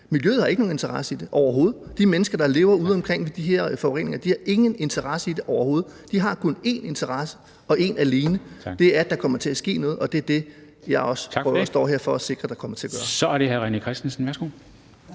Miljøet har ikke nogen interesse i det overhovedet. De mennesker, der lever ude omkring med de her forureninger, har ingen interesse i det overhovedet. De har kun én interesse og den alene, og det er, at der kommer til at ske noget – og det er det, jeg også står her for at sikre at der kommer til at gøre.